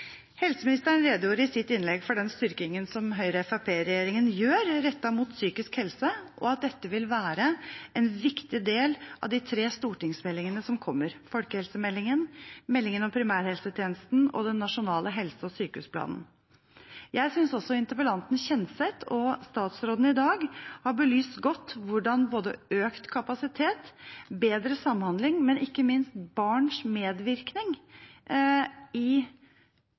Helseministeren redegjorde i sitt innlegg for den styrkingen som Høyre–Fremskrittsparti-regjeringen gjør rettet mot psykisk helse, og at dette vil være en viktig del av de tre stortingsmeldingene som kommer: folkehelsemeldingen, meldingen om primærhelsetjenesten og den nasjonale helse- og sykehusplanen. Jeg synes også interpellanten, Ketil Kjenseth, og statsråden i dag har belyst godt hvordan økt kapasitet, bedre samhandling og ikke minst barns medvirkning i